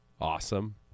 Awesome